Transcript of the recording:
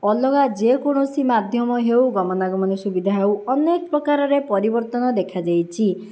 ଅଲଗା ଯେକୌଣସି ମାଧ୍ୟମ ହେଉ ଗମନାଗମନ ସୁବିଧା ହେଉ ଅନେକ ପ୍ରକାରରେ ପରିବର୍ତ୍ତନ ଦେଖାଯାଇଛି